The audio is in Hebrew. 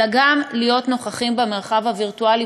אלא גם להיות נוכחים במרחב הווירטואלי,